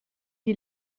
die